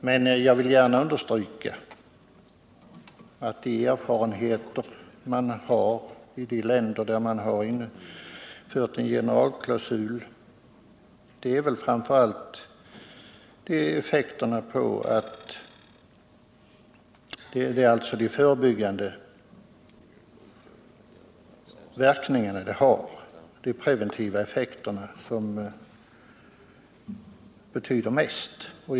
Men jag vill gärna understryka att erfarenheterna från de länder där man har infört en generalklausul visar att det framför allt har förebyggande verkningar. Det är de preventiva effekterna som betyder mest.